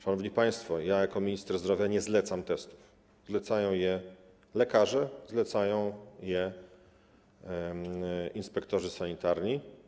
Szanowni państwo, ja jako minister zdrowia nie zlecam testów, zlecają je lekarze, zlecają je inspektorzy sanitarni.